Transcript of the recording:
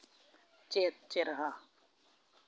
ᱪᱮᱫ ᱪᱮᱨᱦᱟ